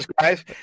guys